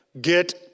get